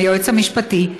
עם היועץ המשפטי,